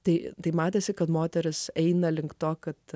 tai tai matėsi kad moteris eina link to kad